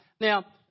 Now